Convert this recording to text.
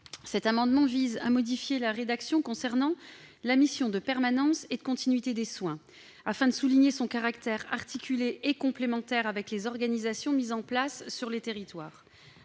Cet amendement vise à modifier la rédaction concernant la mission de permanence et de continuité des soins, pour souligner son caractère articulé et complémentaire avec les organisations mises en place sur les territoires.